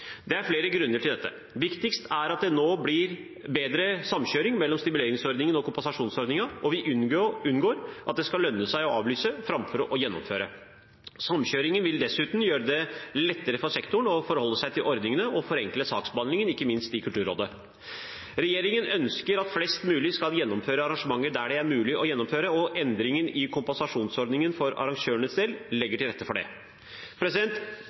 Det er flere grunner til dette. Viktigst er at det nå blir bedre samkjøring mellom stimuleringsordningen og kompensasjonsordningen, og vi unngår at det skal lønne seg å avlyse framfor å gjennomføre. Samkjøringen vil dessuten gjøre det lettere for sektoren å forholde seg til ordningene og forenkle saksbehandlingen, ikke minst i Kulturrådet. Regjeringen ønsker at flest mulig skal gjennomføre arrangementer der de er mulig å gjennomføre, og endringen i kompensasjonsordningen for arrangørene legger til rette for dette. Det